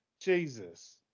Jesus